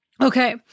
Okay